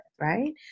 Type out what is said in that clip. right